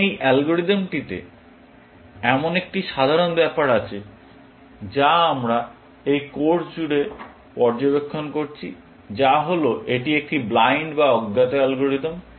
এখন এই অ্যালগরিদমটিতে এমন একটি সাধারণ ব্যাপার আছে যা আমরা এই কোর্স জুড়ে পর্যবেক্ষণ করছি যা হল এটি একটি ব্লাইন্ড বা অজ্ঞাত অ্যালগরিদম